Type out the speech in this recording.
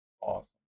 Awesome